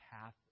path